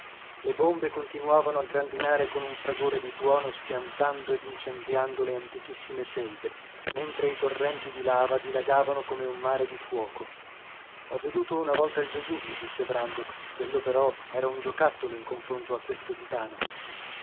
le bombe continuavano a grandinare con un fragore di tuono schiantando ed incendiando le antichissime selve mentre i torrenti di lava dilagavano come un mare di fuoco ho veduto una volta il vesuvio disse brandok quello però era un giocattolo in confronto a questo titano